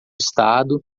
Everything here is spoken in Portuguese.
estado